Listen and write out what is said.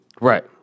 Right